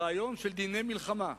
הרעיון של דיני מלחמה,